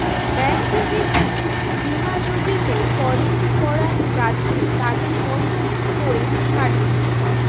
Bank থেকে কী Bima Jyoti policy করা যাচ্ছে তাতে কত করে কাটবে?